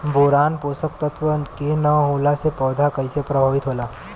Boron पोषक तत्व के न होला से पौधा कईसे प्रभावित होला?